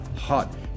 hot